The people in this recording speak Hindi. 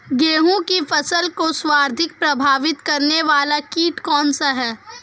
गेहूँ की फसल को सर्वाधिक प्रभावित करने वाला कीट कौनसा है?